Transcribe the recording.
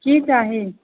की चाही